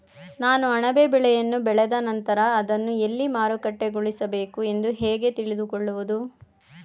ನಾನು ಅಣಬೆ ಬೆಳೆಯನ್ನು ಬೆಳೆದ ನಂತರ ಅದನ್ನು ಎಲ್ಲಿ ಮಾರುಕಟ್ಟೆಗೊಳಿಸಬೇಕು ಎಂದು ಹೇಗೆ ತಿಳಿದುಕೊಳ್ಳುವುದು?